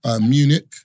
Munich